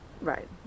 Right